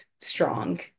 strong